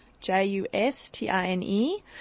J-U-S-T-I-N-E